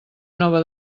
nova